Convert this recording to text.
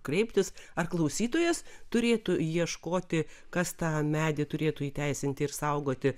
kreiptis ar klausytojas turėtų ieškoti kas tą medį turėtų įteisinti ir saugoti